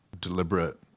deliberate